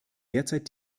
derzeit